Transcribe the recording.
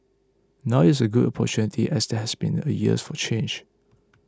now is as good an opportunity as there has been in a years for change